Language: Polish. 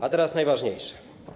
A teraz najważniejsze.